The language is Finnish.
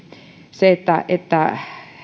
se että että